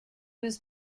was